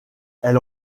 elle